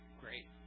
great